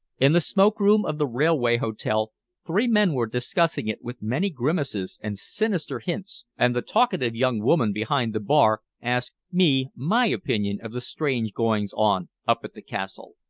in the smoke-room of the railway hotel three men were discussing it with many grimaces and sinister hints, and the talkative young woman behind the bar asked me my opinion of the strange goings-on up at the castle.